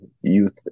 youth